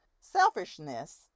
selfishness